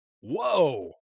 Whoa